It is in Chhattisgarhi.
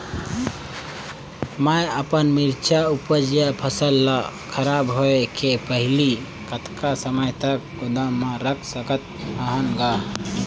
मैं अपन मिरचा ऊपज या फसल ला खराब होय के पहेली कतका समय तक गोदाम म रख सकथ हान ग?